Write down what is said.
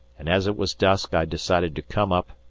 and as it was dusk i decided to come up,